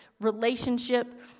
relationship